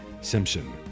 Simpson